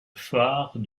phare